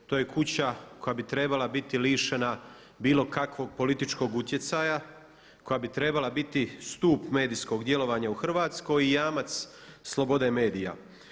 To je kuća koja bi trebala biti lišena bilo kakvog političkog utjecaja, koja bi trebala biti stup medijskog djelovanja u Hrvatskoj i jamac slobode medija.